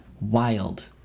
Wild